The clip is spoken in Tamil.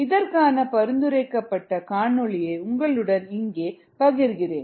இதற்கான பரிந்துரைக்கப்பட்ட காணொளியை உங்களுடன் இங்கே பகிர்கிறேன்